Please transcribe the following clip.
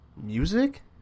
Music